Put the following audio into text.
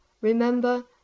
Remember